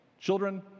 children